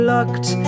Locked